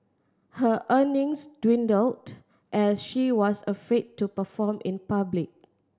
her earnings dwindled as she was afraid to perform in public